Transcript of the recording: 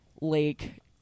lake